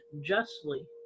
justly